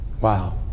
Wow